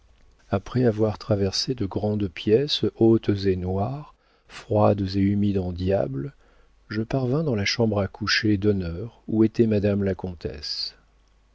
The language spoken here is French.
après avoir traversé de grandes pièces hautes et noires froides et humides en diable je parvins dans la chambre à coucher d'honneur où était madame la comtesse